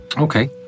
Okay